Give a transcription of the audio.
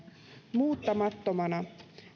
muuttamattomana